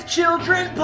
Children